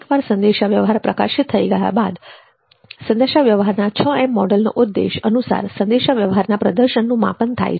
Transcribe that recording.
એકવાર સંદેશાવ્યવહાર પ્રકાશિત થઈ જાય ત્યારબાદ સંદેશાવ્યવહારના 6 મોડલનો ઉદ્દેશ અનુસાર સંદેશાવ્યવહારના પ્રદર્શનનું માપન થાય છે